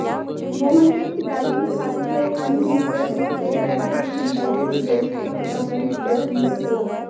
मोहन के पिताजी के खाते से अनधिकृत रूप से पैसे की निकासी की गई जिसका पता बैंक स्टेटमेंट्स से चला